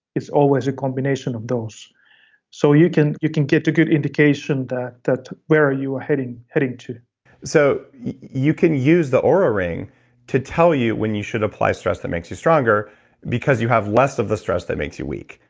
it's always a combination of those so you can you can get a good indication that that where you are heading heading to so you can use the oura ring to tell you when you should apply stress that makes you stronger because you have less of the stress that makes you weak,